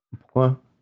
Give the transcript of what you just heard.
Pourquoi